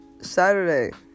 Saturday